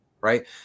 Right